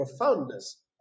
profoundness